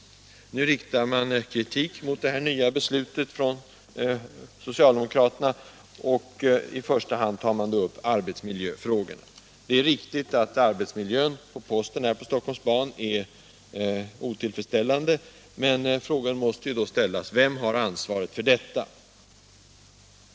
Nu riktar socialdemokraterna kritik mot det nya beslutet. I första hand tar de upp arbetsmiljöfrågorna. Det är riktigt att arbetsmiljön vid posten på Stockholm Ban är otillfredsställande, men frågan måste då ställas: Vem har ansvaret för detta?